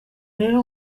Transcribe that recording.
rero